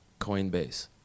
Coinbase